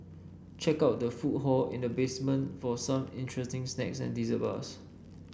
check out the food hall in the basement for some interesting snacks and dessert bars